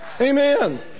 Amen